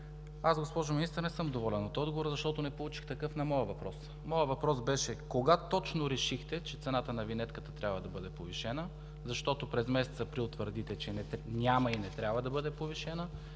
Госпожо Министър, не съм доволен от отговора, защото не получих такъв на моя въпрос. Моят въпрос беше: кога точно решихте, че цената на винетката трябва да бъде повишена, защото през месец април твърдите, че няма и не трябва да бъде повишена?